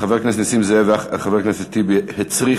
חבר הכנסת נסים זאב וחבר הכנסת טיבי הצריחו